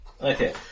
Okay